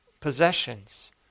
possessions